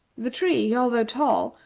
the tree, although tall,